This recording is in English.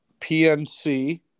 PNC